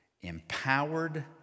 empowered